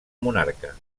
monarca